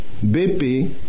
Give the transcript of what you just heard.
BP